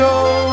go